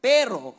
Pero